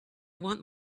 want